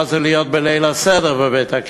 ומה זה להיות בליל-הסדר בבית-הכלא,